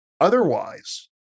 otherwise